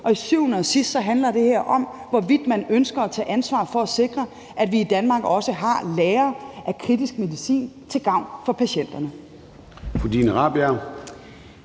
Til syvende og sidst handler det her om, hvorvidt man ønsker at tage ansvar for at sikre, at vi i Danmark også har lagre af kritisk medicin til gavn for patienterne.